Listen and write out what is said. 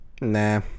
Nah